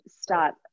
start